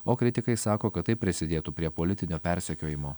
o kritikai sako kad tai prisidėtų prie politinio persekiojimo